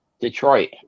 detroit